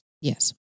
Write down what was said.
Yes